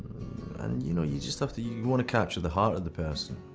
and you know, you just have to, you wanna capture the heart of the person,